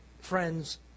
Friends